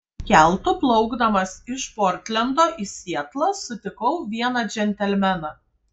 keltu plaukdamas iš portlendo į sietlą sutikau vieną džentelmeną